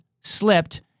slipped